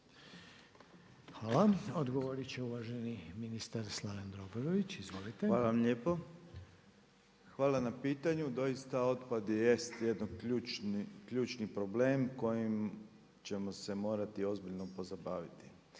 Hvala. Odgovorit će uvaženi ministar Slaven Doborović. Izvolite. **Dobrović, Slaven (MOST)** Hvala vam lijepo. Hvala na pitanju. Doista otpad i jest jedan ključni problem koji ćemo se morati ozbiljno pozabaviti.